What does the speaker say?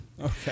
Okay